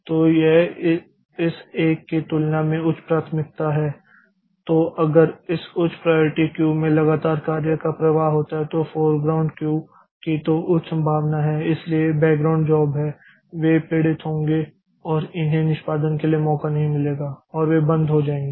तो यह इस एक की तुलना में उच्च प्राथमिकता है तो अगर इस उच्च प्राइयारिटी क्यू में लगातार कार्य का प्रवाह होता है तो फोरग्राउंड क्यू की तो उच्च संभावना है इसलिए बैकग्राउंड कार्य हैं वे पीड़ित होंगे और उन्हें निष्पादन के लिए मौका नहीं मिलेगा और वे बंद हो जाएंगे